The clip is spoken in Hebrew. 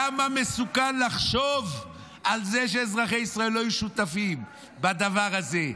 כמה מסוכן לחשוב על זה שאזרחי ישראל לא יהיו שותפים בדבר הזה?